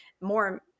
more